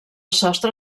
sostre